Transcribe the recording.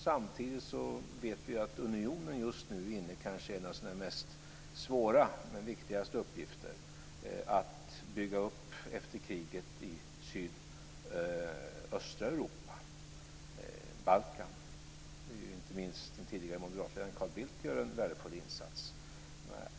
Samtidigt vet vi att unionen just nu är inne i en av sina kanske svåraste och viktigaste uppgifter, nämligen att bygga upp efter kriget i sydöstra Europa - Balkan - där inte minst den tidigare moderatledaren Carl Bildt gör en värdefull insats.